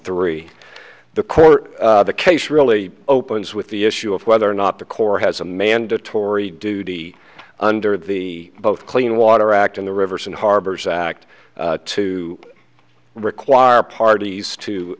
three the court case really opens with the issue of whether or not the corps has a mandatory duty under the both clean water act in the rivers and harbors act to require parties to